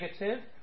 negative